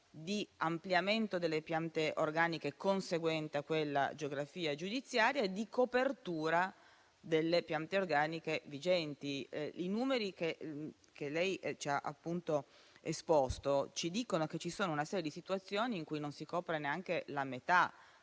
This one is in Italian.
di ampliamento delle piante organiche conseguente alla nuova geografia giudiziaria e di copertura delle piante organiche vigenti. I numeri che lei ci ha esposto, signora Sottosegretario, ci dicono che ci sono una serie di situazioni in cui non si copre neanche la metà